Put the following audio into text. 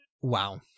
wow